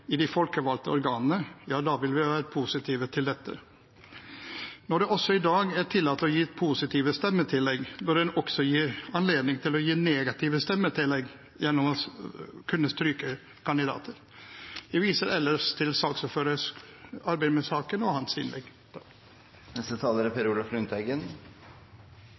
i de folkevalgte organene, vil vi være positive til dette. Når det også i dag er tillatt å gi positive stemmetillegg, bør en også gi anledning til å gi negative stemmetillegg gjennom å kunne stryke kandidater. Jeg viser ellers til saksordførerens arbeid med saken og hans innlegg. Senterpartiet er sammen med Arbeiderpartiet og Kristelig Folkeparti om å gå imot endringen. Valgdeltakelsen er